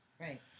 right